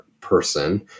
person